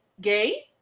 gay